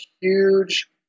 huge